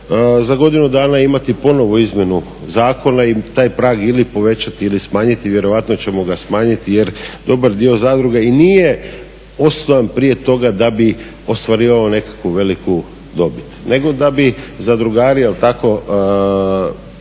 za godinu dana imati ponovno izmjenu zakona i taj prag ili povećati ili smanjiti, vjerojatno ćemo ga smanjiti jer dobar dio zadruga i nije osnovan prije toga da ostvarivao nekakvu veliku dobit nego da bi zadrugari i kroz